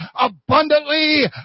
abundantly